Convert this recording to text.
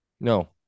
No